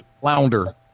Flounder